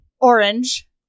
orange